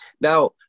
Now